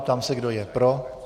Ptám se, kdo je pro.